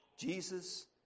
Jesus